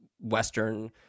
western